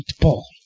Paul